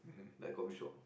that coffeeshop